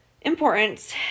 importance